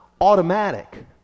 automatic